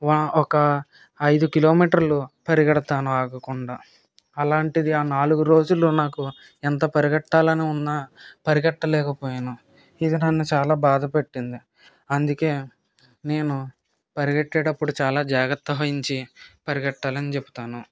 వా ఒక ఐదు కిలోమీటర్లు పరుగెడతాను ఆగకుండా అలాంటిది ఆ నాలుగు రోజులు నాకు ఎంత పరిగెట్టాలని ఉన్నా పరిగెట్టలేకపొయాను ఇది నన్ను చాలా బాధ పెట్టింది అందుకే నేను పరుగెట్టేటప్పుడు చాలా జాగ్రత్త వహించి పరిగెట్టాలని చెప్తాను